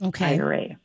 IRA